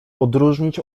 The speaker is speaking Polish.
odróżnić